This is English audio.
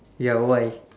ya why